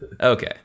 okay